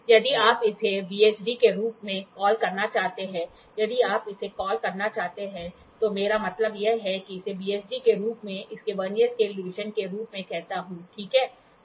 यदि आप इसे वीसीडी के रूप में कॉल करना चाहते हैं यदि आप इसे कॉल करना चाहते हैं तो मेरा मतलब है कि मैं इसे VSD के रूप में इसके वर्नियर स्केल डिवीजन के रूप में कहता हूं ठीक है